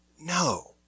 No